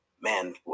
man